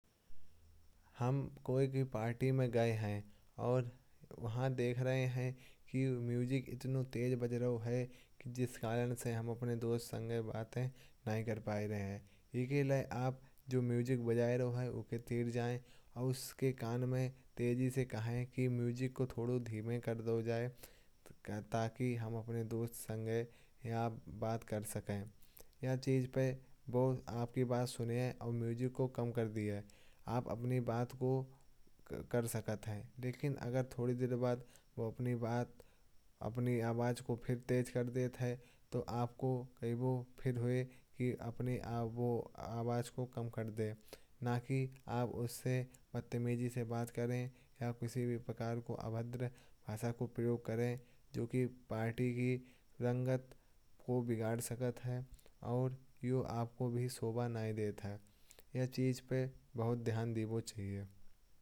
हम कोई भी पार्टी में गए हैं और वहाँ देख रहे हैं। कि म्यूजिक इतना तेज बज रहा है। कि जिस कारण से हम अपने दोस्त के साथ बातें नहीं कर पा रहे हैं। इसलिए आप जो म्यूजिक बजाते रहे हैं। उसके पास जाकर उनके कान में तेज से कहिन कि म्यूजिक को थोड़ा धीरे कर दो। ताकि हम अपने दोस्त के साथ यहाँ बात कर सकें। यह चीज़ पे वो आपकी बात सुनेंगे और म्यूजिक को कम कर देंगे। आप अपनी बात कर सकते हैं। लेकिन अगर थोड़ी देर बाद वो अपनी आवाज़ को फिर से तेज कर देते हैं। तो आपको कहिन कि अपनी आवाज़ को कम कर दे। न कि आप उनसे बदतमीजी से बात करें या किसी भी प्रकार की अभद्र भाषा का प्रयोग करें। जो कि पार्टी की रंगत को बिगाड़ सकता है। क्योंकि आपको भी यह शोभा नहीं देता इस चीज़ पे बहुत ध्यान देना चाहिए।